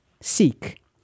Seek